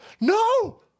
No